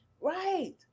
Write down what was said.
right